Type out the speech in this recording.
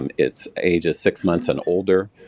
um it's ages six months and older,